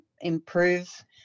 improve